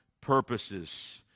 purposes